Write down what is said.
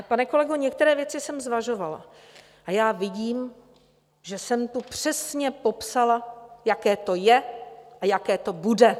Pane kolego, některé věci jsem zvažovala a já vidím, že jsem tu přesně popsala, jaké to je a jaké to bude.